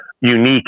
unique